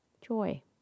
joy